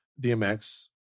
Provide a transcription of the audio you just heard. DMX